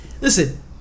Listen